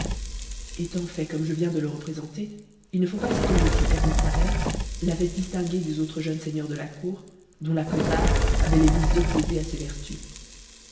etant fait comme je viens de le représenter il ne faut pas s'étonner si ebn thaher l'avait distingué des autres jeunes seigneurs de la cour dont la plupart avaient les vices opposés à ses vertust